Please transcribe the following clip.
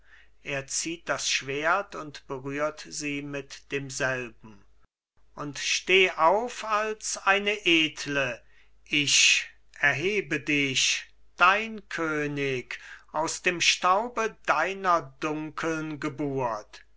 er zieht das schwert und berührt sie mit demselben und steh auf als eine edle ich erhebe dich dein könig aus dem staube deiner dunkeln geburt